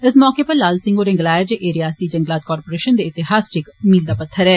इस मौके पर लाल सिंह होरें गलाया जे एह् रिआसती जंगलात कार्पोरेशन दे इतिहास च इक मील दा पत्थर ऐ